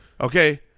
okay